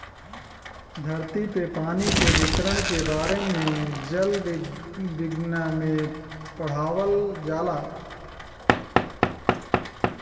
धरती पे पानी के वितरण के बारे में जल विज्ञना में पढ़ावल जाला